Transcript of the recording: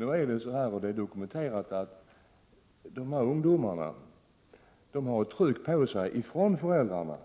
Men det är dokumenterat att dessa ungdomar har ett tryck på sig från föräldrarna